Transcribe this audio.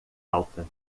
alta